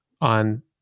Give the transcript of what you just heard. on